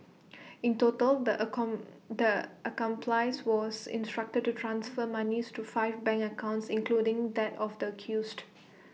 in total the account accomplice was instructed to transfer monies to five bank accounts including that of the accused